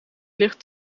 ligt